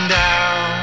down